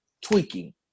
tweaking